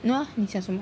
!huh! 你讲什么